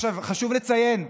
חשוב לציין,